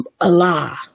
Allah